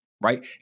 right